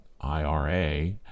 IRA